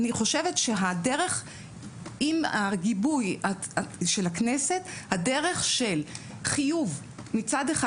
אני חושבת שעם הגיבוי של הכנסת הדרך של חיוב מצד אחד